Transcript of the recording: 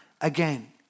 again